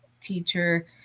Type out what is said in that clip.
teacher